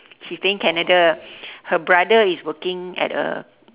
she staying canada her brother is working at a